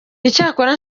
icyakora